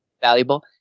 valuable